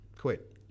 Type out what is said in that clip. quit